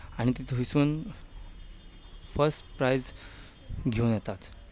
आनी ते थंयसून फस्ट प्रायज घेवन येताच